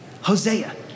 Hosea